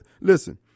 listen